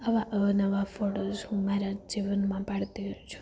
આવા અવનવા ફોટોસ હું મારા જીવનમાં પાડતી રહી છું